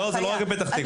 לא רק בפתח תקווה.